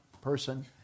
person